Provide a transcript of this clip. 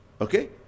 okay